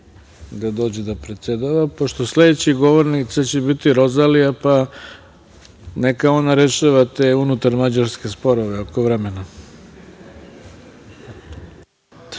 da dođe da predsedava, pošto sledeća govornica će biti Rozalija, neka ona rešava te unutar mađarske sporove, oko vremena.